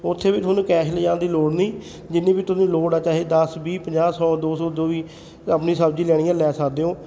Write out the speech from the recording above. ਉੱਥੇ ਵੀ ਤੁਹਾਨੂੰ ਕੈਸ਼ ਲਿਜਾਣ ਦੀ ਲੋੜ ਨਹੀਂ ਜਿੰਨੀ ਵੀ ਤੁਹਨੂੰ ਲੋੜ ਹੈ ਚਾਹੇ ਦਸ ਵੀਹ ਪੰਜਾਹ ਸੌ ਦੋ ਸੌ ਜੋ ਵੀ ਆਪਣੀ ਸਬਜ਼ੀ ਲੈਣੀ ਹੈ ਲੈ ਸਕਦੇ ਹੋ